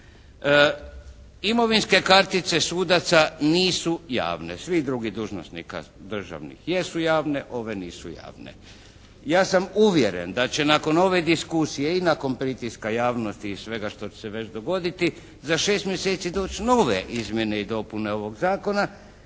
Imovinske kartice sudaca nisu javne. Svi drugi dužnosnika državnih jesu javne, ove nisu javne. Ja sam uvjeren da će nakon ove diskusije i nakon pritiska javnosti i svega što će se već dogoditi za 6 mjeseci doći nove izmjene i dopune ovog zakona